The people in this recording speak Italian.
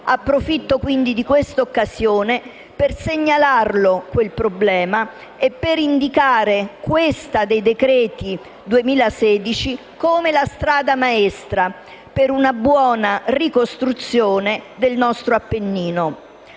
Approfitto di questa occasione per segnalare il problema e per indicare questa, dei decreti-legge del 2016, come la strada maestra per una buona ricostruzione del nostro Appennino.